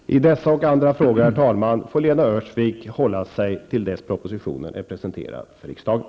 Herr talman! I dessa och andra frågor får Lena Öhrsvik hålla sig till dess propositionen är presenterad för riksdagen.